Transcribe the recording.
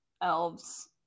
elves